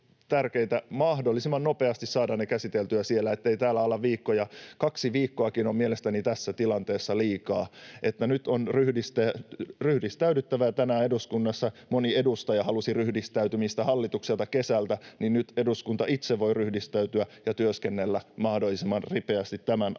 mahdollisimman nopeasti saada ne käsiteltyä siellä, ettei täällä olla viikkoja. Kaksi viikkoakin on mielestäni tässä tilanteessa liikaa. Nyt on ryhdistäydyttävä, ja kun tänään eduskunnassa moni edustaja halusi ryhdistäytymistä hallitukselta kesältä, niin nyt eduskunta itse voi ryhdistäytyä ja työskennellä mahdollisimman ripeästi tämän asian